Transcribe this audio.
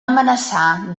amenaçar